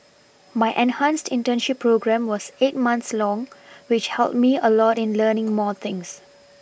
my enhanced internship programme was eight months long which helped me a lot in learning more things